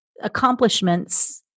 accomplishments